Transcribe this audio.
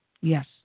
yes